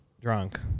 drunk